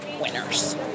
winners